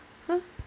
!huh!